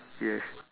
yes